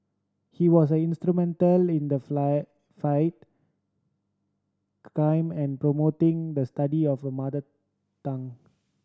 he was instrumental in the flight fight crime and promoting the study of a mother tongue